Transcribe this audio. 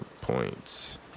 points